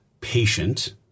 patient